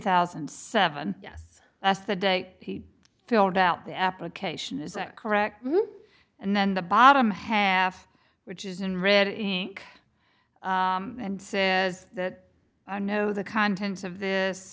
thousand and seven yes that's the day he filled out the application is that correct and then the bottom half which is in red ink and says that no the contents of this